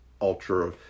ultra